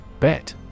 bet